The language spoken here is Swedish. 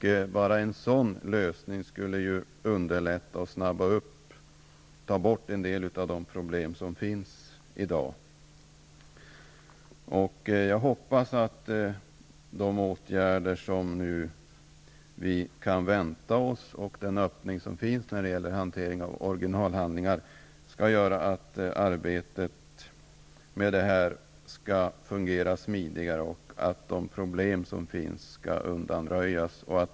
Detta skulle snabba upp arbetet och lösa en del av de problem som finns i dag. Jag hoppas att de åtgärder som vi nu kan vänta oss och öppningen när det gäller hanteringen av originalhandlingar skall göra att arbetet skall fungera smidigare och att problemen skall undanröjas.